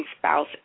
spouse